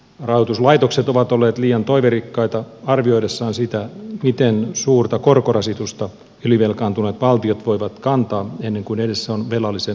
rahoituslaitokset ovat olleet liian toiverikkaita arvioidessaan sitä miten suurta korkorasitusta ylivelkaantuneet valtiot voivat kantaa ennen kuin edessä on velallisen maksukyvyttömyys